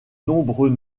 nombreux